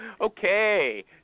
Okay